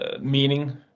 meaning